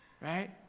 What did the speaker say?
Right